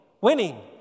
Winning